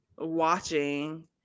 watching